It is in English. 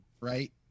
right